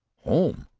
home?